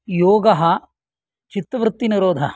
योगः चित्तवृत्तिनिरोधः